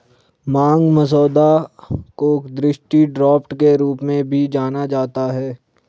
मांग मसौदा को दृष्टि ड्राफ्ट के रूप में भी जाना जाता है